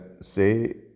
say